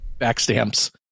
backstamps